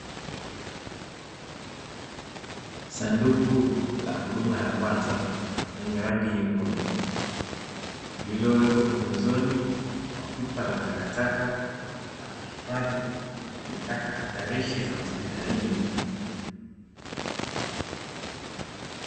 Sanduku la huduma ya kwanza lenye rangi nyekundu, lililowekwa pembezoni mwa pipa la takataka na kuhifadhi taka hatarishi za hospitalini.